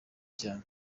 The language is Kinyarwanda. cyane